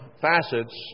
facets